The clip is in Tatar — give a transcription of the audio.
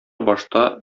башта